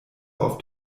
auf